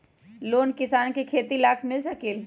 Loan किसान के खेती लाख मिल सकील?